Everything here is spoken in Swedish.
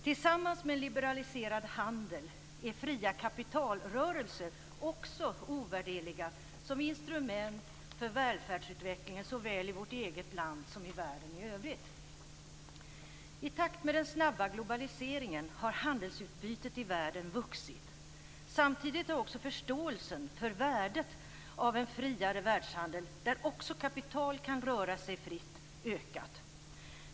Tillsammans med en liberaliserad handel är fria kapitalrörelser också ovärderliga som instrument för välfärdsutvecklingen såväl i vårt eget land som i världen i övrigt. I takt med den snabba globaliseringen har handelsutbytet i världen vuxit. Samtidigt har också förståelsen för värdet av en friare världshandel där också kapital kan röra sig fritt ökat.